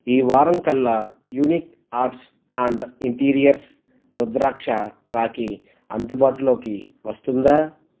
ఈ వారం కల్లా unique arts and interiors rudraksha rakhi అందుబాటులోకి వస్తుందా